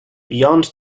beyond